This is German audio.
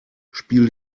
spiel